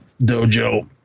dojo